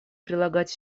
прилагать